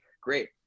Great